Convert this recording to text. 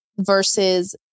versus